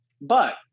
But-